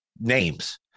names